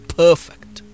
perfect